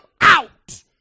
out